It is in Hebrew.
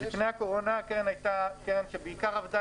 לפני הקורונה הקרן הייתה קרן שבעיקר עבדה